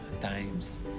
times